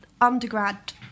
undergrad